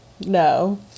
No